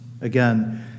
Again